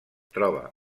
troba